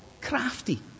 crafty